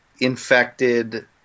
infected